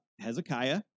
Hezekiah